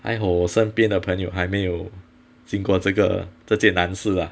还好我身边的朋友还没有经过这个这件难事 lah